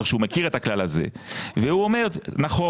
שהוא מכיר את הכלל הזה והוא אומר נכון,